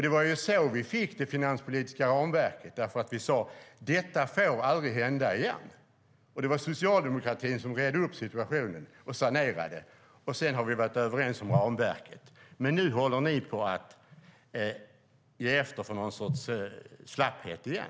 Det var så vi fick det finanspolitiska ramverket, när vi sade: Detta får aldrig hända igen. Det var socialdemokratin som redde upp situationen och sanerade. Sedan har vi varit överens om ramverket. Men nu håller ni på att ge efter för någon sorts slapphet igen.